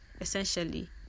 essentially